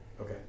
Okay